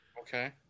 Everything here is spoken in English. Okay